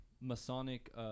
masonic